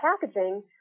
packaging